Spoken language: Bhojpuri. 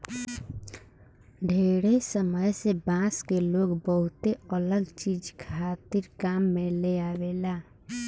ढेरे समय से बांस के लोग बहुते अलग चीज खातिर काम में लेआवेला